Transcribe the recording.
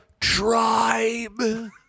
tribe